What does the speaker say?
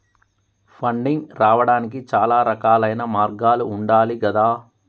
funding రావడానికి చాలా రకాలైన మార్గాలు ఉండాలి గదా